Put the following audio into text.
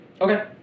Okay